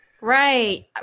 Right